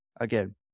again